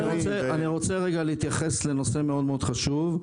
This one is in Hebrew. רגע להתייחס לנושא מאוד חשוב.